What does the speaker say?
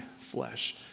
flesh